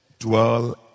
dwell